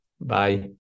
Bye